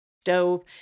stove